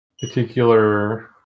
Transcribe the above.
particular